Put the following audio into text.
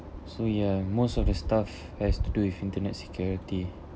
so ya most of the stuff has to do with internet security